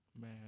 Man